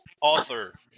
author